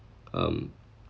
um